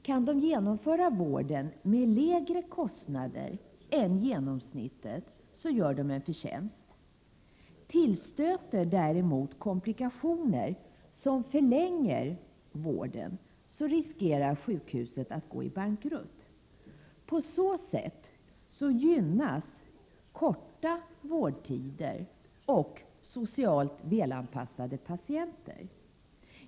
Kan vården genomföras med lägre kostnader än genomsnittet gör sjukhuset en förtjänst. Tillstöter däremot komplikationer som förlänger vården riskerar sjukhuset att gå i bankrutt. På så sätt gynnas korta vårdtider och socialt välanpassade patienter.